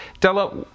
Della